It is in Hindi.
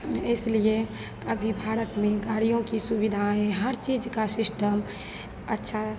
हमें इसलिए अभी भारत में गाड़ियों की सुविधाएँ हर चीज़ का सिश्टम अच्छा